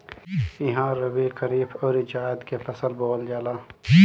इहा रबी, खरीफ अउरी जायद के फसल बोअल जाला